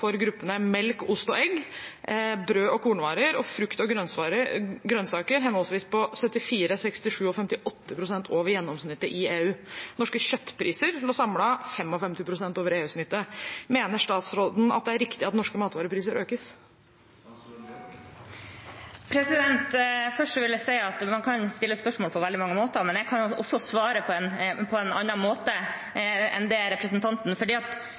gruppene melk, ost og egg, brød og kornvarer og frukt og grønnsaker henholdsvis 74, 67 og 58 pst. over gjennomsnittet i EU. Norske kjøttpriser lå samlet 55 pst. over EU-snittet. Mener statsråden at det er riktig at norske matvarepriser økes? Først vil jeg si at man kan stille spørsmål på veldig mange måter, men jeg kan også svare på en annen måte enn representanten. Vi i Norge bruker 11 pst. av inntekten vår på mat – det er